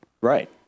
Right